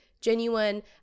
Genuine